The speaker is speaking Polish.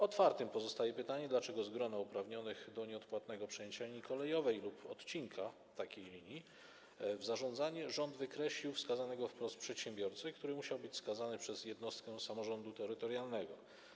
Otwarte pozostaje pytanie, dlaczego z grona uprawnionych do nieodpłatnego przeniesienia linii kolejowej lub odcinka takiej linii w zarządzanie rząd wykreślił wskazanego wprost przedsiębiorcę, który musiał być wskazany przez jednostkę samorządu terytorialnego.